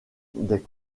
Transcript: des